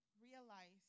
realize